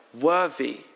worthy